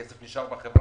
הכסף נשאר בחברה.